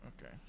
okay